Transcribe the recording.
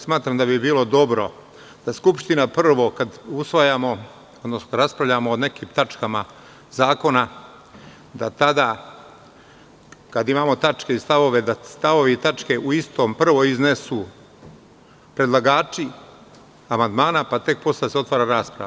Smatram da bi bilo dobro da Skupština prvo kada raspravljamo o nekim tačkama zakona, da tada kada imamo tačke i stavove, da stavove i tačke prvo iznesu predlagači amandmana, pa tek posle da se otvara rasprava.